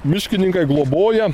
miškininkai globoja